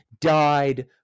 died